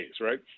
Right